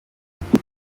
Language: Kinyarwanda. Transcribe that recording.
uzakora